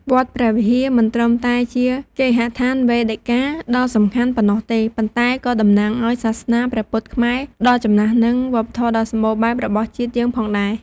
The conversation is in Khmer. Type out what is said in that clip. វត្តព្រះវិហារ មិនត្រឹមតែជា គេហដ្ឋានវេដិកាដ៏សំខាន់ ប៉ុណ្ណោះទេ ប៉ុន្តែក៏តំណាងឲ្យ សាសនាព្រះពុទ្ធខ្មែរ ដ៏ចំណាស់ និង វប្បធម៌ដ៏សម្បូរបែប របស់ជាតិយើងផងដែរ។